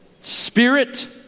Spirit